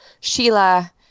Sheila